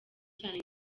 cyane